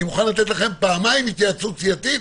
אני מוכן לתת לכם פעמיים התייעצות סיעתית,